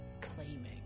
claiming